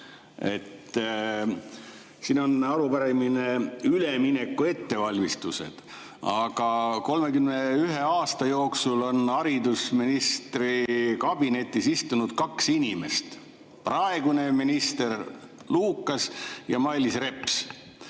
Siin on arupärimine ülemineku ettevalmistuste [kohta]. 31 aasta jooksul on haridusministri kabinetis istunud kaks inimest: praegune minister Lukas ja Mailis Reps.